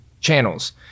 channels